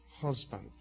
husband